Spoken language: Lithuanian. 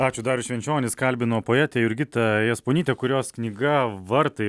ačiū darius švenčionis kalbino poetę jurgitą jasponytę kurios knyga vartai